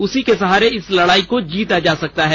उसी के सहारे इस लड़ाई को जीता जा सकता है